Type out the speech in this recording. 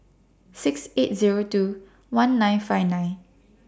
six eight Zero two one nine five nine